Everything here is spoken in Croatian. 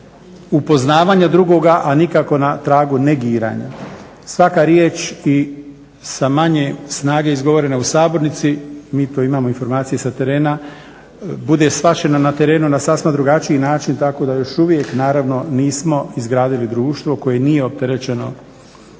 upoznavanja drugoga a nikako na tragu negiranja. Svaka riječ i sa manje snage izgovorena u sabornici mi to imamo informacije sa terena, bude shvaćeno na terenu na sasma drugačiji način tako da još uvijek naravno nismo izgradili društvo koje nije opterećeno drugima,